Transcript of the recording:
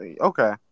Okay